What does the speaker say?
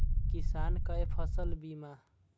किसान कै फसल बीमा?